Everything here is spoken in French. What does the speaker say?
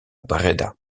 bréda